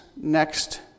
next